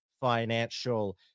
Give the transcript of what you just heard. financial